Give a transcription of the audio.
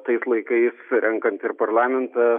tais laikais renkant ir parlamentą